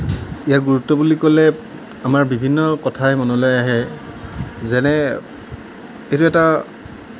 ইয়াৰ গুৰুত্ব বুলি ক'লে আমাৰ বিভিন্ন কথাই মনলৈ আহে যেনে এইটো এটা